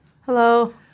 Hello